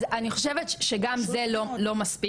אז אני חושבת שגם זה לא מספיק,